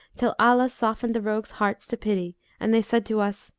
till allah softened the rogues' hearts to pity and they said to us,